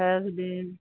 French bean